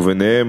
וביניהן,